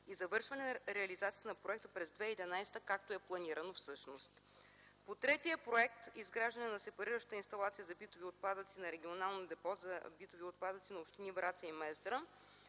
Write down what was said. и завършване реализацията на проекта през 2011 г., както е планирано всъщност. По третия проект „Изграждане на сепарираща инсталация за битови отпадъци на регионално депо за битови отпадъци на общини Враца и Мездра”